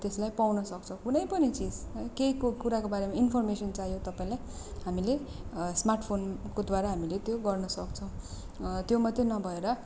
त्यसलाई पाउन सक्छौँ कुनै पनि चिज केही कुराको बारेमा इनफर्मेसन चाहियो तपाईँलाई भने हामीले स्मार्ट फोनकोद्वारा हामीले त्यो गर्न सक्छौँ त्यो मात्रै नभएर